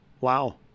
Wow